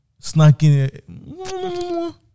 snacking